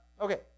okay